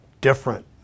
different